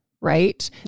right